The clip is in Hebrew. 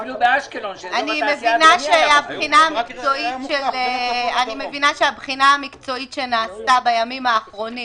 אני מבינה שהבחינה המקצועית שנעשתה בימים האחרונים